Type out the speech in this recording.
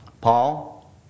Paul